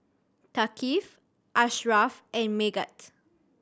Thaqif Ashraff and Megat